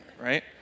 right